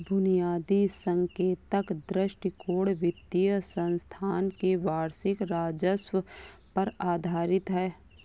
बुनियादी संकेतक दृष्टिकोण वित्तीय संस्थान के वार्षिक राजस्व पर आधारित है